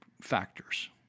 factors